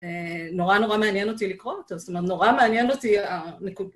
נורא נורא מעניין אותי לקרוא אותו, זאת אומרת, נורא מעניין אותי ה..